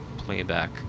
playback